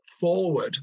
forward